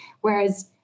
Whereas